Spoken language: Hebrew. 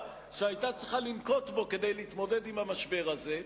שהיתה צריכה לנקוט כדי להתמודד עם המשבר הזה.